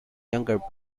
younger